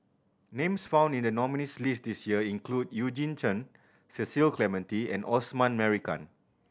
names found in the nominees' list this year include Eugene Chen Cecil Clementi and Osman Merican